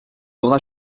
aura